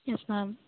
yes ma'am